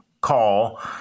call